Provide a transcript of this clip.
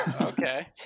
Okay